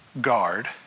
guard